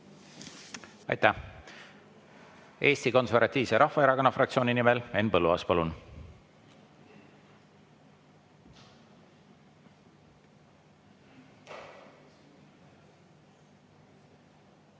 Aitäh! Eesti Konservatiivse Rahvaerakonna fraktsiooni nimel Henn Põlluaas, palun!